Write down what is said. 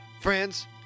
Friends